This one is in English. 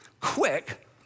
quick